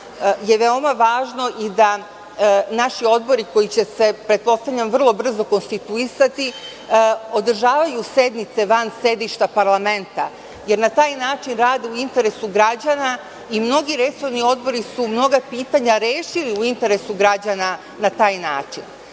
je veoma važno da naši odbori koje će se, pretpostavljam, vrlo brzo konstituisati, održavaju sednice van sedišta parlamenta, jer na taj način rade u interesu građana i mnogi resorni odbori su mnoga pitanja rešili u interesu građana na taj